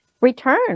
return